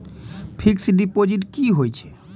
Fixed deposit की होय छै?